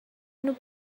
اینو